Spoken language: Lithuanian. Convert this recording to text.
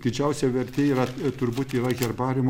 didžiausia vertė yra turbūt yra herbariumo